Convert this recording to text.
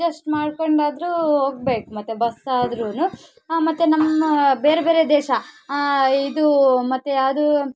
adjust ಮಾಡ್ಕೊಂಡಾದ್ರೂ ಹೋಗ್ಬೇಕು ಮತ್ತೆ ಬಸ್ ಆದ್ರೂ ಮತ್ತೆ ನಮ್ಮ ಬೇರೆ ಬೇರೆ ದೇಶ ಇದು ಮತ್ತೆ ಅದು